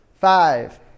five